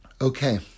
Okay